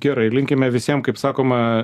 gerai linkime visiem kaip sakoma